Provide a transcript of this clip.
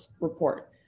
report